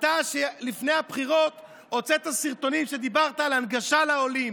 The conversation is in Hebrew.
אתה שלפני הבחירות הוצאת סרטונים ודיברת על הנגשה לעולים,